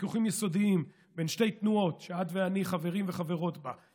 ויכוחים יסודיים בין שתי התנועות שאת ואני חברים וחברות בה,